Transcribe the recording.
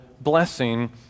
blessing